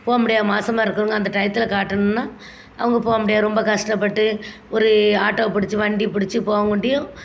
போக முடியாது மாதமா இருக்கிறவங்க அந்த டையத்தில் காட்டணுன்னால் அவங்க போக முடியாது ரொம்ப கஷ்டப்பட்டு ஒரு ஆட்டோ பிடிச்சி வண்டி பிடிச்சி போகங்காட்டியும்